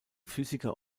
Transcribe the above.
physiker